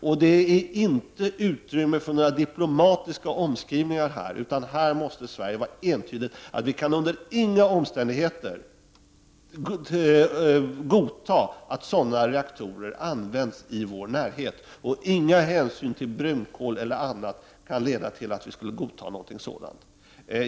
Och det finns inte utrymme för några diplomatiska omskrivningar i detta sammanhang, utan vi måste vara entydiga och säga att vi under inga omständigheter kan godta att sådana reaktorer används i vår närhet, och inga hänsyn till brunkol eller annat kan leda till att vi skulle godta något sådant.